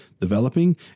developing